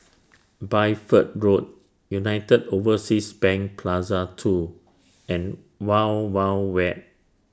Bideford Road United Overseas Bank Plaza two and Wild Wild Wet